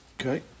okay